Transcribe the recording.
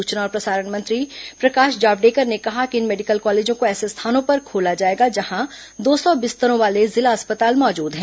सूचना और प्रसारण मंत्री प्रकाश जावड़ेकर ने कहा कि इन मेडिकल कॉलेजों को ऐसे स्थानों पर खोला जाएगा जहां दो सौ बिस्तरों वाले जिला अस्पताल मौजूद हैं